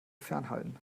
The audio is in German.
fernhalten